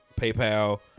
PayPal